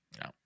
No